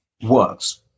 works